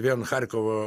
vien charkovo